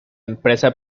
empresa